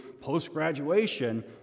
post-graduation